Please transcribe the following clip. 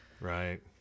right